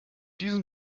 diesem